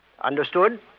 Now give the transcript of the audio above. Understood